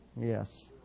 Yes